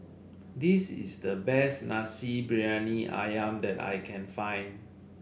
this is the best Nasi Briyani ayam that I can find